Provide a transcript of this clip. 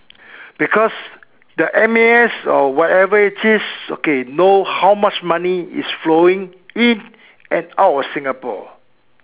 because the M_A_S or whatever it is okay know how much money is flowing in and out of Singapore